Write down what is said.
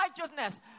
righteousness